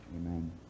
Amen